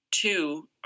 two